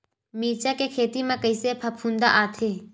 मिर्च के खेती म कइसे फफूंद आथे?